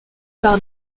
par